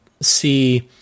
see